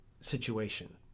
situation